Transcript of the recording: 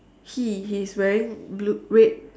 he he is wearing blue red